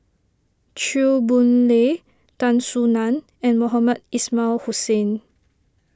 Chew Boon Lay Tan Soo Nan and Mohamed Ismail Hussain